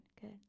Good